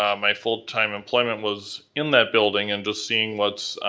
um my full-time employment was in that building and just seeing what's